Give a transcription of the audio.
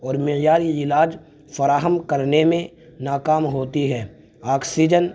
اور معیاری علاج فراہم کرنے میں ناکام ہوتی ہے آکسیجن